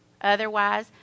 Otherwise